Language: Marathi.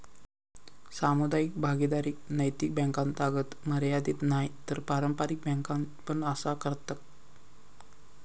सामुदायिक भागीदारी नैतिक बॅन्कातागत मर्यादीत नाय हा तर पारंपारिक बॅन्का पण असा करतत